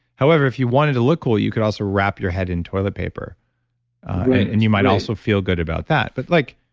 however, if you wanted to look cool, you could also wrap your head in toilet paper right, right and you might also feel good about that. but like